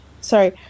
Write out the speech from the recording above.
sorry